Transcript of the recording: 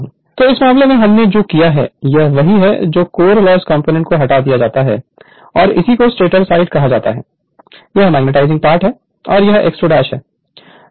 Refer Slide Time 1035 तो इस मामले में हमने जो किया है वह यह है कि कोर लॉस कंपोनेंट को हटा दिया जाता है और इसी को स्टेटर साइड कहा जाता है यह मैग्नेटाइजिंग पार्ट है और यहx 2 है यह r2 बाय S है